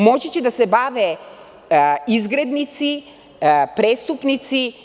Moći će da se bave izgrednici, prestupnici.